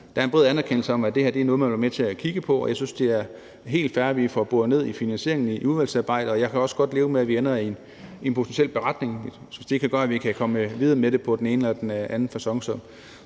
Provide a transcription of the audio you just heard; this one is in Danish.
der er en bred anerkendelse af, at det her er noget, man vil være med til at kigge på, og jeg synes, det er helt fair, at vi får boret ned i finansieringen i udvalgsarbejdet. Og jeg kan også godt leve med, at vi ender med en potentiel beretning, hvis det kan gøre, at vi kan komme videre med det på den ene eller den anden facon.